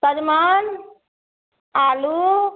सजमनि आलू